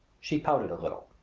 she pouted a little.